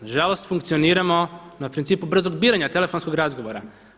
Na žalost funkcioniramo na principu brzog biranja telefonskog razgovora.